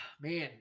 man